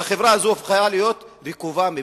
והחברה הזו הפכה להיות רקובה מבפנים.